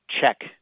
check